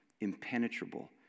impenetrable